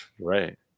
right